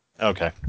Okay